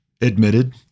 admitted